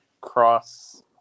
cross